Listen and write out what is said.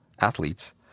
athletes